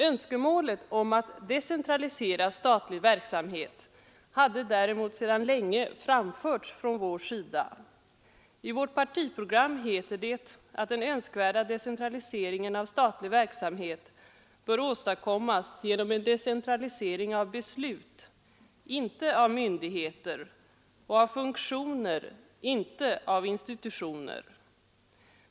Önskemål om att decentralisera statlig verksamhet hade däremot sedan länge framförts från vår sida. I vårt partiprogram heter det att den önskvärda decentraliseringen av statlig verksamhet bör åstadkommas genom en decentralisering av beslut, inte av myndigheter, och av funktioner, inte av institutioner.